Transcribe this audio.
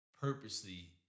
purposely